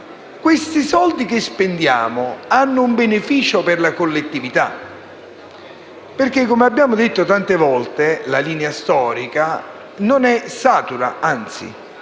se i soldi che spendiamo hanno un beneficio per la collettività. Come abbiamo detto tante volte, la linea storica non è satura; anzi,